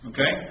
Okay